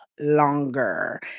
longer